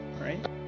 right